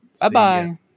Bye-bye